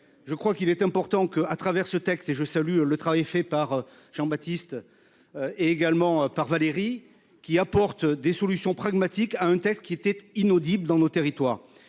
Je crois qu'il est important que à travers ce texte et je salue le travail fait par Jean Baptiste. Et également par Valérie qui apporte des solutions pragmatiques à un texte qui était inaudible dans nos territoires